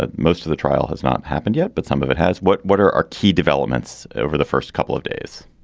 ah most of the trial has not happened yet, but some of it has. what? what are are key developments over the first couple of days?